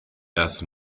das